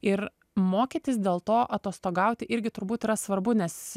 ir mokytis dėl to atostogauti irgi turbūt yra svarbu nes